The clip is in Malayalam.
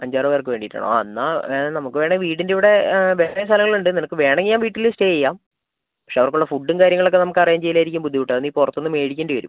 അഞ്ച് ആറ് പേർക്ക് വേണ്ടിയിട്ടാണോ ആ എന്നാൽ നമുക്ക് വേണെങ്കിൽ വീടിൻ്റെ ഇവിടെ വേറെയും സ്ഥലങ്ങൾ ഉണ്ട് നിനക്ക് വേണെങ്കിൽ ആ വീട്ടിൽ സ്റ്റേ ചെയ്യാം പക്ഷേ അവർക്കുള്ള ഫുഡും കാര്യങ്ങളും ഒക്കെ നമുക്ക് അറേഞ്ച് ചെയ്യലായിരിക്കും ബുദ്ധിമുട്ട് അത് നീ പുറത്തുനിന്ന് മേടിക്കേണ്ടി വരും